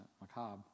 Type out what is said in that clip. macabre